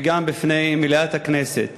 וגם בפני מליאת הכנסת.